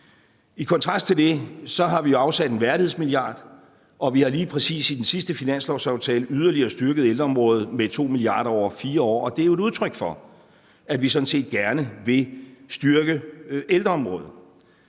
I kontrast til det har vi afsat en værdighedsmilliard, og vi har lige præcis i den sidste finanslovsaftale yderligere styrket ældreområdet med 2 mia. kr. over 4 år, og det er jo et udtryk for, at vi sådan set gerne vil styrke ældreområdet.